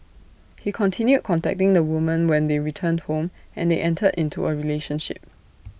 he continued contacting the woman when they returned home and they entered into A relationship